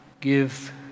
give